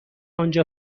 آنجا